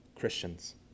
Christians